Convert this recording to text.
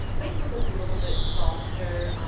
facebook is a little bit softer.